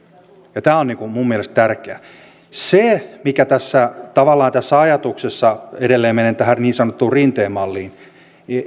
ja tämä on minun mielestäni tärkeää se mikä tavallaan tässä ajatuksessa edelleen menen tähän niin sanottuun rinteen malliin